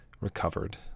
recovered